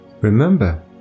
Remember